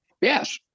yes